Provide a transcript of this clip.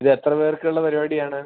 ഇത് എത്ര പേർക്കുള്ള പരിപാടി ആണ്